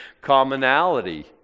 commonality